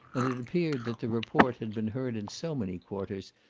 and it appeared that the report had been heard in so many quarters,